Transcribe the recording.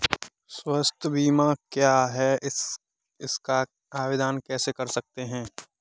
स्वास्थ्य बीमा क्या है हम इसका आवेदन कैसे कर सकते हैं?